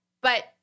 But-